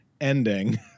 ending